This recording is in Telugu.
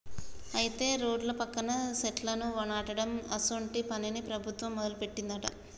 అయితే రోడ్ల పక్కన సెట్లను నాటడం అసోంటి పనిని ప్రభుత్వం మొదలుపెట్టిందట